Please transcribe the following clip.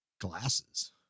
glasses